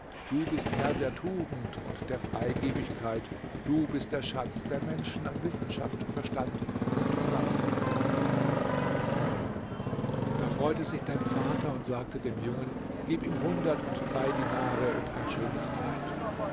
du bist herr der tugend und der freigiebigkeit du bist der schatz der menschen an wissenschaft verstand und sanftmut da freute sich dein vater und sagte dem jungen gib ihm hundert und drei dinare und ein schönes kleid